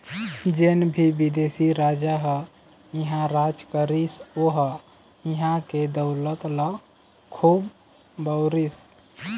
जेन भी बिदेशी राजा ह इहां राज करिस ओ ह इहां के दउलत ल खुब बउरिस